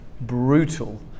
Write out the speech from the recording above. brutal